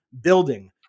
building